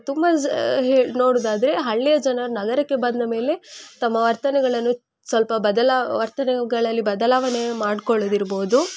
ತುಂಬ ಝ ಹೇ ನೋಡೋದಾದ್ರೆ ಹಳ್ಳಿಯ ಜನ ನಗರಕ್ಕೆ ಬಂದ ಮೇಲೆ ತಮ್ಮ ವರ್ತನೆಗಳನ್ನು ಸ್ವಲ್ಪ ಬದಲಾ ವರ್ತನೆಗಳಲ್ಲಿ ಬದಲಾವಣೆ ಮಾಡಿಕೊಳ್ಳೊದಿರ್ಬೋದು